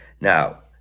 Now